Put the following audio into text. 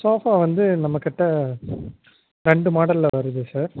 sofa வந்து நம்மக்கிட்டே ரெண்டு மாடலில் வருது சார்